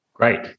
Great